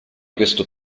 questo